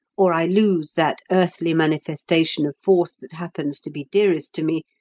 or i lose that earthly manifestation of force that happens to be dearest to me,